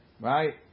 right